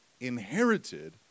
inherited